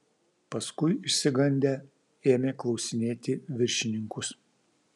paskui išsigandę ėmė klausinėti viršininkus